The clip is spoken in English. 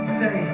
say